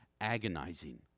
agonizing